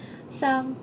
some